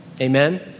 amen